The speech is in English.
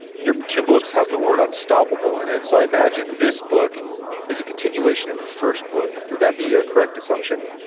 your two books have the word unstoppable in it, so i imagine this book is a continuation of the first book. would that be a correct assumption?